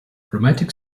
romantic